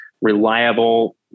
reliable